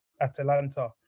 Atalanta